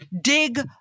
Dig